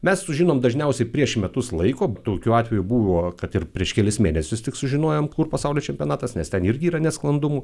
mes sužinom dažniausiai prieš metus laiko tokių atvejų buvo kad ir prieš kelis mėnesius tik sužinojom kur pasaulio čempionatas nes ten irgi yra nesklandumų